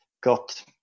got